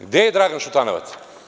Gde je Dragan Šutanovac?